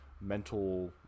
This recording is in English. mental